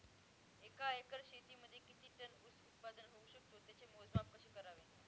एका एकर शेतीमध्ये किती टन ऊस उत्पादन होऊ शकतो? त्याचे मोजमाप कसे करावे?